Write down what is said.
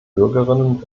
bürgerinnen